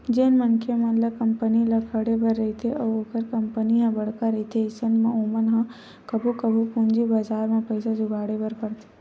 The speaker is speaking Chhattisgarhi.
जेन मनखे मन ल कंपनी ल खड़े बर रहिथे अउ ओखर कंपनी ह बड़का रहिथे अइसन म ओमन ह कभू कभू पूंजी बजार म पइसा जुगाड़े बर परथे